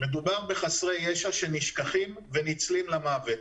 מדובר בחסרי ישע שנשכחים ונצלים למוות.